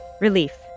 Relief